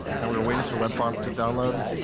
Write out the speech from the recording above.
and we're waiting for the web fonts to download.